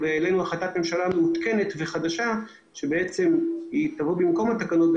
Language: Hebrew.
העלינו החלטת ממשלה מעודכנת וחדשה שבעצם תבוא בהמשך במקום התקנות,